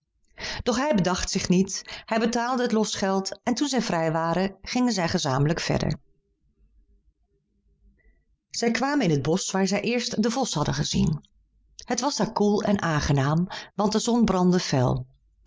doch hij bedacht zich niet hij betaalde het losgeld en toen zij vrij waren gingen zij gezamenlijk verder zij kwamen in het bosch waar zij het eerst den vos hadden gezien het was daar koel en aangenaam want de zon brandde fel